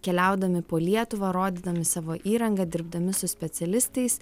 keliaudami po lietuvą rodydami savo įrangą dirbdami su specialistais